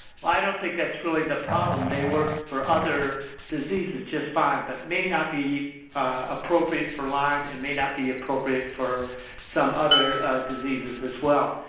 well, i don't think that's really the problem. they work for other diseases just fine, but may not be appropriate for lyme and may not be appropriate for some other diseases, as well.